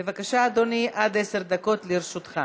בבקשה, אדוני, עד עשר דקות לרשותך.